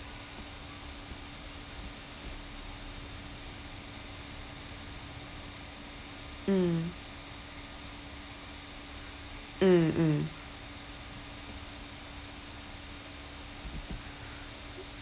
mm mm mm